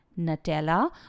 Nutella